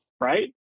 right